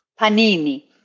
panini